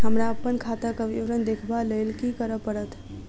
हमरा अप्पन खाताक विवरण देखबा लेल की करऽ पड़त?